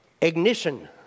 ignition